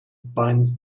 binds